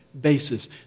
basis